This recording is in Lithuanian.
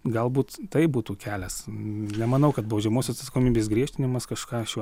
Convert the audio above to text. galbūt tai būtų kelias nemanau kad baudžiamosios atsakomybės griežtinimas kažką šiuo